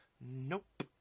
Nope